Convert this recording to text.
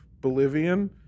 Bolivian